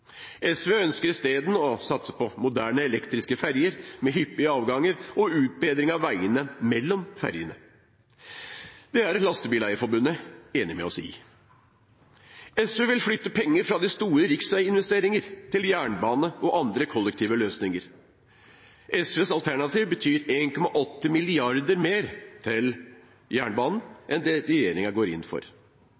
SV ønsker i stedet å satse på moderne, elektriske ferger med hyppige avganger og utbedring av veiene mellom fergene. Det er Lastebileierforbundet enig med oss i. SV vil flytte penger fra de store riksveiinvesteringene til jernbane og andre kollektive løsninger. SVs alternativ betyr 1,8 mrd. kr mer til